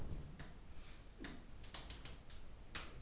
వేడి గాలులు పంటలకు లాభమా లేక నష్టమా?